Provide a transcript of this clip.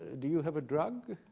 do you have a drug?